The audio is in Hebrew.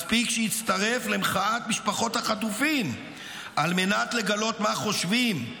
מספיק שיצטרף למחאת משפחות החטופים על מנת לגלות מה חושבים,